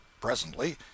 Presently